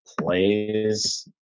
plays